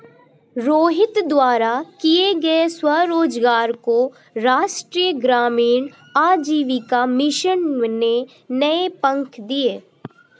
रोहित द्वारा किए गए स्वरोजगार को राष्ट्रीय ग्रामीण आजीविका मिशन ने नए पंख दिए